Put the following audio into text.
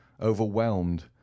overwhelmed